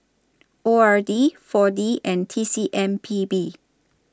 O R D four D and T C M P B